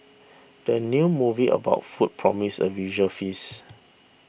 the new movie about food promises a visual feast